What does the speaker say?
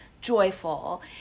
joyful